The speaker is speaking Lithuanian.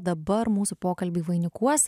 dabar mūsų pokalbį vainikuos